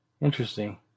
Interesting